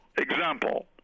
Example